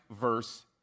verse